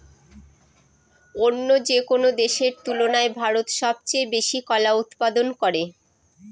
অন্য যেকোনো দেশের তুলনায় ভারত সবচেয়ে বেশি কলা উৎপাদন করে